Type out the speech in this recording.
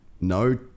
no